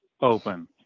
open